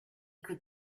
could